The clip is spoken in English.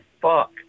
fuck